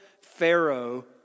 Pharaoh